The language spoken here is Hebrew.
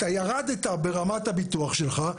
אתה ירדת ברמת הביטוח שלך.